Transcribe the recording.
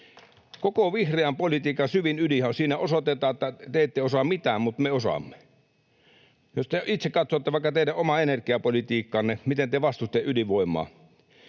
Koko vihreän politiikan syvin ydinhän on siinä, että osoitetaan, että te ette osaa mitään mutta me osaamme. Jos te itse katsotte vaikka teidän omaa energiapolitiikkaanne, miten te vastustitte ydinvoimaa: